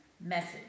message